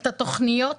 את התכניות,